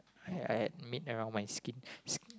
I had I had meat around my skin skin